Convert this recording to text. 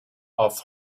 off